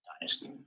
dynasty